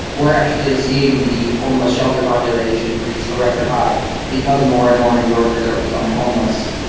we're actually seeing the homeless shelter population reached a record high because more and more new yorkers are becoming homeless.